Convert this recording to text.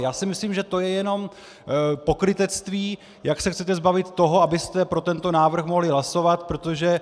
Já si myslím, že to je jenom pokrytectví, jak se chcete zbavit toho, abyste pro tento návrh mohli hlasovat, protože...